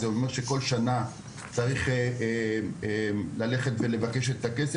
זה אומר שכל שנה צריך ללכת ולבקש את הכסף